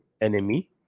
enemy